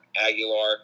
Aguilar